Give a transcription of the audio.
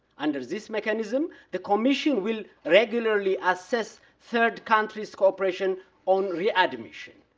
under this mechanism, the commission will regularly assess third countries cooperation on readmission.